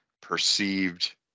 perceived